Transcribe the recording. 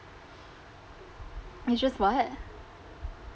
it's just what